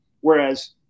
Whereas